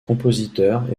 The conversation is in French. compositeur